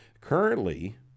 currently